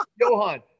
Johan